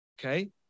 Okay